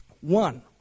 One